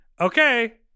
Okay